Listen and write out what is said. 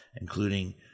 including